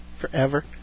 Forever